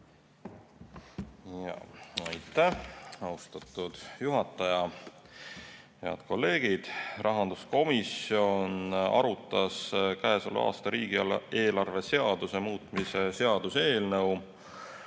Aitäh, austatud juhataja! Head kolleegid! Rahanduskomisjon arutas käesoleva aasta riigieelarve seaduse muutmise seaduse eelnõu